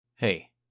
hey